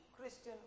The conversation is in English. Christian